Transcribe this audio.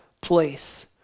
place